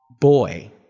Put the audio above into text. boy